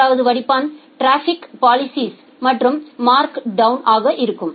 மூன்றாவது வடிப்பான் traffic policies மற்றும் மார்க் டவுன் ஆகும்